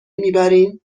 میبریم